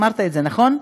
אמרת את זה, נכון?